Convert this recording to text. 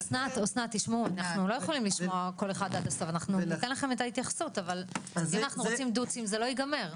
אתם מונעים מהציבור ללכת למקומות שהם רוצים להגיע אליהם.